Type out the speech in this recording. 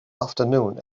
afternoon